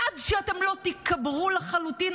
עד שאתם לא תיקברו לחלוטין,